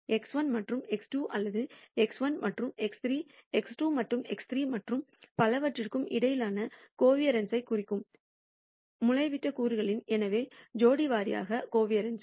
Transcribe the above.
X 1 மற்றும் x2 அல்லது x1 மற்றும் x3 x2 மற்றும் x3 மற்றும் பலவற்றிற்கும் இடையிலான கோவாரென்ஸைக் குறிக்கும் மூலைவிட்ட கூறுகளின் எனவே ஜோடி வாரியாக கோவாரன்ஸ்